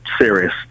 serious